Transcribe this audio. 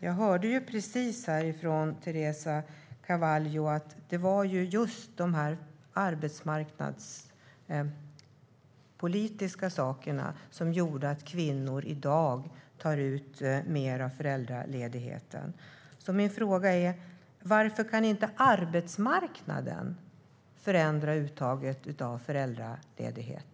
Jag hörde precis Teresa Carvalho säga att det är de arbetsmarknadspolitiska frågorna som gör att kvinnor i dag tar ut mer av föräldraledigheten. Varför kan inte arbetsmarknaden förändra uttaget av föräldraledighet?